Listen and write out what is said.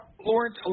Lawrence